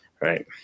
right